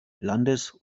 landes